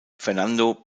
fernando